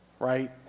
right